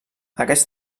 aquests